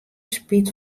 spyt